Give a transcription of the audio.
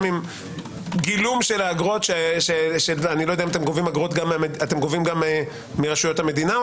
אם גילום האגרות שאתם גובים אתם גובים גם מרשויות המדינה?